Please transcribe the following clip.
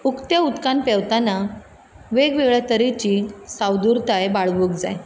उकत्या उदकांत पेंवताना वेग वेगळ्या तरेची सादूरताय बाळगूंक जाय